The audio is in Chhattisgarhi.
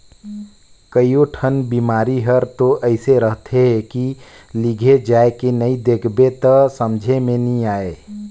कयोठन बिमारी हर तो अइसे रहथे के लिघे जायके नई देख बे त समझे मे नई आये